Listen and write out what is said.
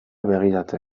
begiratzea